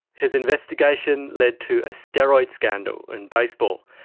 his investigation led to a steroid scandal in baseball,